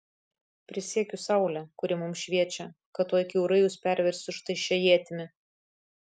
prisiekiu saule kuri mums šviečia kad tuoj kiaurai jus perversiu štai šia ietimi